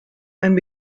and